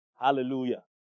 Hallelujah